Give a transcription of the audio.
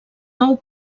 nou